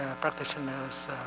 practitioners